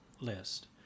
list